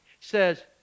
says